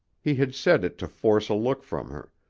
he had said it to force a look from her,